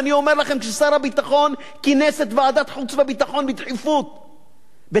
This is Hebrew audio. ואני אומר לכם ששר הביטחון כינס את ועדת חוץ וביטחון בדחיפות בתל-אביב,